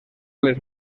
les